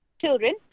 children